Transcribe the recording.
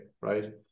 right